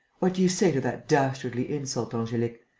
what do you say to that dastardly insult, angelique?